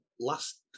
last